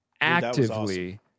actively